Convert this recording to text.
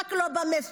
רק לא במפונים,